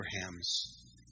Abraham's